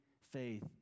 faith